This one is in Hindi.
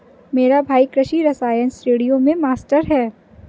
मेरा भाई कृषि रसायन श्रेणियों में मास्टर है